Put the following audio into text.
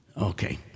Okay